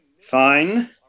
Fine